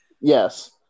Yes